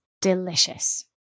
delicious